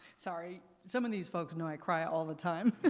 sorry, some of these folks know i cry all the time.